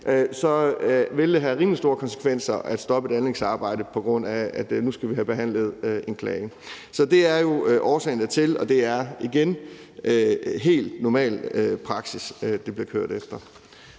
vil det have rimelig store konsekvenser at stoppe et anlægsarbejde, på grund af at vi nu skal have behandlet en klage. Så det er jo årsagen dertil, og det er igen helt normal praksis, det bliver kørt efter.